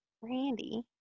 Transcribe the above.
Randy